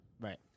Right